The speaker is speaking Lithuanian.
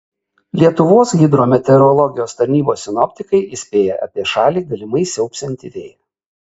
lietuvos hidrometeorologijos tarnybos sinoptikai įspėja apie šalį galimai siaubsiantį vėją